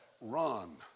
run